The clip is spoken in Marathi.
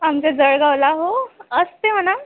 आमच्या जळगावला हो असते म्हणा